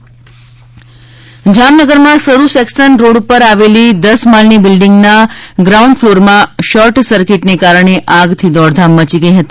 જા મનગર આગ જામનગરમાં સરુ સેકશન રોડ ઉપર આવેલી દસ માળની બિલ્ડીંગના ગ્રાઉન્ડ ફલોરમાં શોર્ટ સર્કિટને કારણે આગથી દોડધામ મચી ગઇ હતી